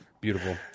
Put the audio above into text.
Beautiful